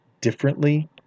differently